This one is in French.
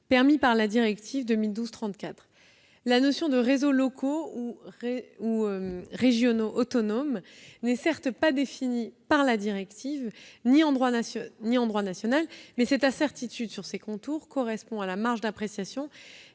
permis par la directive 2012/34/UE. La notion de réseaux locaux ou régionaux autonomes n'est certes pas définie par la directive ni en droit national, mais cette incertitude sur ses contours correspond à la marge d'appréciation